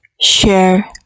share